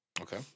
Okay